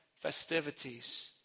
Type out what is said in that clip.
festivities